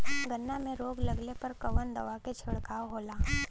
गन्ना में रोग लगले पर कवन दवा के छिड़काव होला?